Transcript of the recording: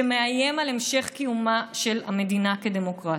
שמאיים על המשך קיומה של המדינה כדמוקרטית.